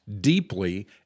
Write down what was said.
deeply